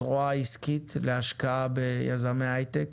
זרוע עסקים להשקעה ביזמי היי-טק,